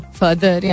further